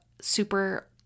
super